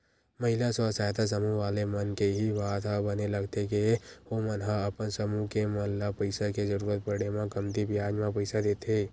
महिला स्व सहायता समूह वाले मन के इही बात ह बने लगथे के ओमन ह अपन समूह के मन ल पइसा के जरुरत पड़े म कमती बियाज म पइसा देथे